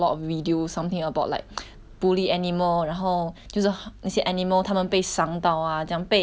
bully animal 然后就是那些 animal 它们被伤到 ah 这样被 ex 他们的他们的 ex 的主人